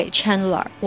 Chandler